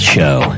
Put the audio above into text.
Show